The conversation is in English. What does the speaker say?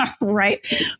Right